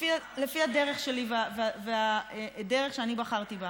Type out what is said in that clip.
לפי הדרך שלי והדרך שאני בחרתי בה.